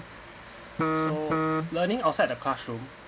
so learning outside the classroom